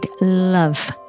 love